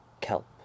Kelp